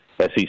SEC